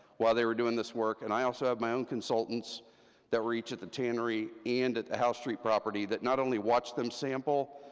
while they were doing this work, and i also have my own consultants that were each at the tannery, and at the house street property that not only watched them sample,